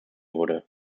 wurde